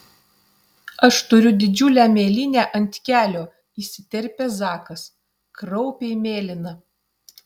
aš turiu didžiulę mėlynę ant kelio įsiterpia zakas kraupiai mėlyna